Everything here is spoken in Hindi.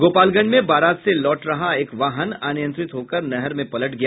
गोपालगंज में बारात से लौट रहा एक वाहन अनियंत्रित होकर नहर में पलट गया